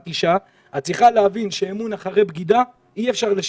את צריכה להבין שאמון אחרי בגידה אי אפשר לשקם.